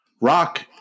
Rock